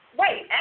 wait